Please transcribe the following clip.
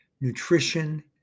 nutrition